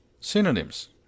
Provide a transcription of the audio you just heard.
Synonyms